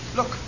Look